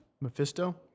Mephisto